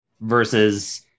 versus